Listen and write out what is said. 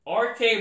RK